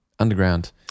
Underground